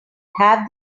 have